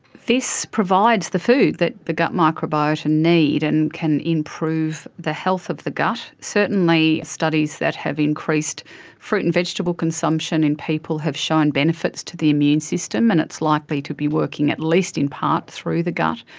this provides the food that the gut microbiota need and can improve the health of the gut. certainly studies that have increased fruit and vegetable consumption in people have shown benefits to the immune system, and it's likely to be working at least in part through the gut.